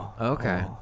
Okay